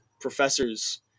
professors